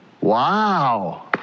Wow